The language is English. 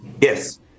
Yes